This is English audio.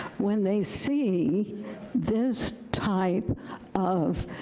when they see this type of